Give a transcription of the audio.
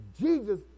Jesus